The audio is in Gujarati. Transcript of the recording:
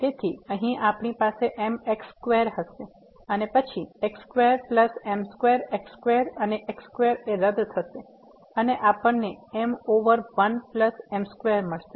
તેથી અહીં આપણી પાસે m x2 હશે અને પછી x2 પ્લસ m2x2 અને x2 રદ થશે અને આપણને m over 1 પ્લસ m2 મળશે